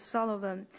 Sullivan